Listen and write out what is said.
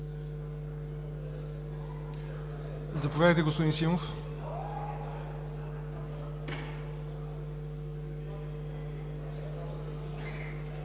Заповядайте, господин Симов.